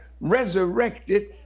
resurrected